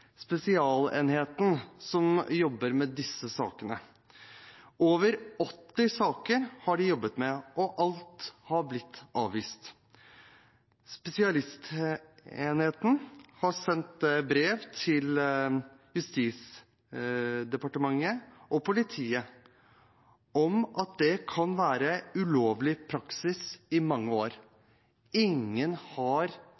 spesialenheten, som jobber med disse sakene. Over 80 saker har de jobbet med, og alt har blitt avvist. Spesialenheten har sendt brev til Justisdepartementet og politiet om at det kan ha vært ulovlig praksis i mange